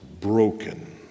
broken